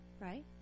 right